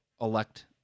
elect